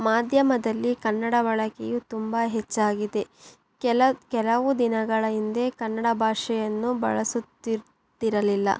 ಮಾಧ್ಯಮದಲ್ಲಿ ಕನ್ನಡ ಬಳಕೆಯು ತುಂಬ ಹೆಚ್ಚಾಗಿದೆ ಕೆಲ ಕೆಲವು ದಿನಗಳ ಹಿಂದೆ ಕನ್ನಡ ಭಾಷೆಯನ್ನು ಬಳಸುತ್ತಿರಲಿಲ್ಲ